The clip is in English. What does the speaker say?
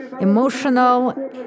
emotional